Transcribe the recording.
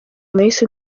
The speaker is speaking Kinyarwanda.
nahise